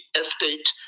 Estate